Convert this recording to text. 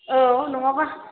औ नङाबा